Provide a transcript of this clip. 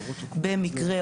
במקרה,